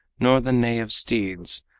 nor the neigh of steeds,